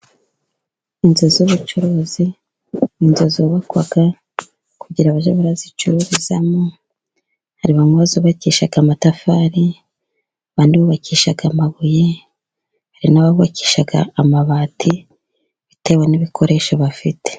Inzu z'ubucuruzi ni inzu zubakwa kugira ngo bajye bazicururizamo, hari bamwe bazubakisha amatafari, abandi bubakisha amabuye, hari n'abubakisha amabati bitewe n'ibikoresho bafite.